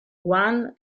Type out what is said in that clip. one